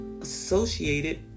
associated